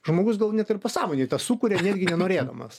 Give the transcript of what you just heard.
žmogus gal net ir pasąmonėj sukuria net gi norėdamas